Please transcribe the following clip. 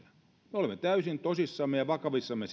me olemme täysin tosissamme ja vakavissamme